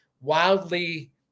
wildly